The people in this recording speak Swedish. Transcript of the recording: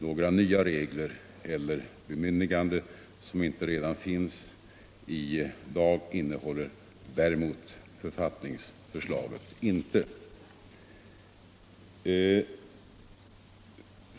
Några nya regler eller bemyndiganden som inte redan finns i dag innehåller däremot inte författningsförslaget.